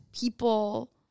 people